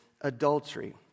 adultery